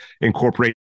incorporate